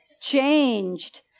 Changed